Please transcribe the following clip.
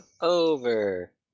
over